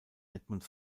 edmund